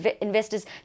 investors